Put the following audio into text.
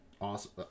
awesome